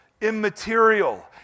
immaterial